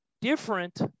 different